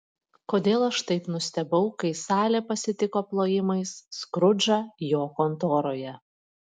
kodėl aš taip nustebau kai salė pasitiko plojimais skrudžą jo kontoroje